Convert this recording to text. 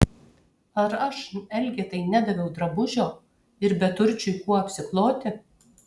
ar aš elgetai nedaviau drabužio ir beturčiui kuo apsikloti